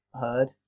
heard